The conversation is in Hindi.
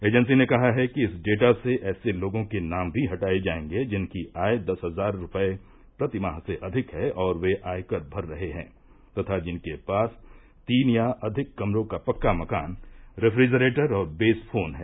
एजेंसी ने कहा है कि इस डेटा से ऐसे लोगों के नाम भी हटाये जाएंगे जिनकी आय दस हजार रूपये प्रति माह से अधिक हैं और वे आयकर भर रहे हैं तथा जिनके पास तीन या अधिक कमरों का पक्का मकान रेफ्रिजरेटर और बेस फोन हैं